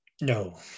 No